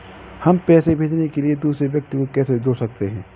हम पैसे भेजने के लिए दूसरे व्यक्ति को कैसे जोड़ सकते हैं?